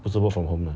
不是 work from home 的